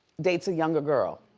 dates a younger girl.